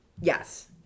Yes